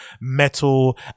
metal